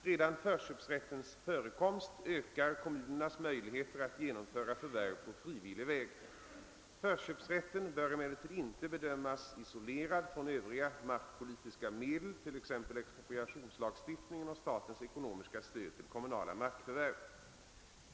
Redan förköpsrättens förekomst ökar kommunernas möjligheter att genomföra förvärv på frivillig väg. Förköpsrätten bör emellertid inte bedömas isolerad från övriga markpolitiska medel, t.ex. expropriationslagstiftningen och statens ekonomiska stöd till kommunala markförvärv.